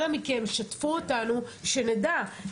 אנא מכם שתפו אותנו שנדע.